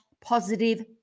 positive